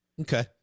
Okay